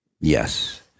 Yes